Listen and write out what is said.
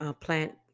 plant